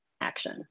action